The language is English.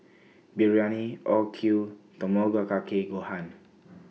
Biryani Okayu Tamago Kake Gohan